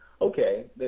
Okay